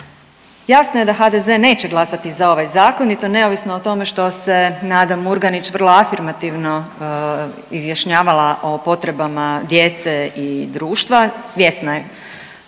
Jasno je da HDZ neće glasati za ovaj zakon i to neovisno o tome da se Nada Murganić vrlo afirmativno izjašnjavala o potrebama djece i društva, svjesna je